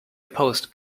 opposed